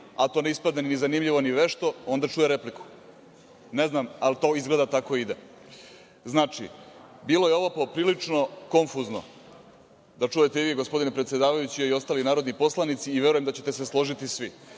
a to ne ispadne ni zanimljivo ni vešto, onda čuje repliku. Ne znam, ali to izgleda tako ide. Znači, bilo je ovo poprilično konfuzno. Da čujete i vi, gospodine predsedavajući, a i ostali narodni poslanici, i verujem da ćete se složiti svi,